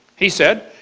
he said,